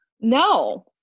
No